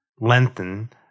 lengthen